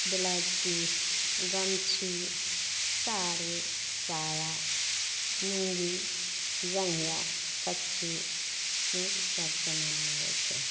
blouse piece गमछी साड़ी साया लुङ्गी जँघिआ कच्छी ढेरिक सब समान मिलै छै